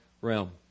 realm